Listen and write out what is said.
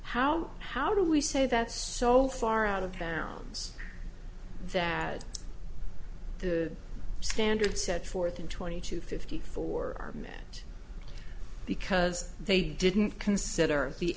how how do we say that's so far out of bounds that the standard set forth in twenty to fifty four are met because they didn't consider the